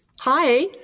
Hi